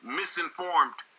misinformed